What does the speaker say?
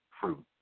fruit